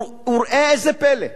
ראה איזה פלא,